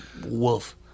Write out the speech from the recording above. wolf